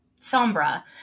Sombra